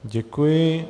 Děkuji.